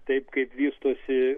taip kaip vystosi